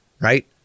right